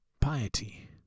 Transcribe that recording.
piety